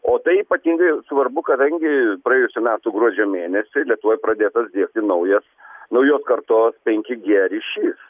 o tai ypatingai svarbu kadangi praėjusių metų gruodžio mėnesį lietuvoj pradėtas diegti naujas naujos kartos penki g ryšys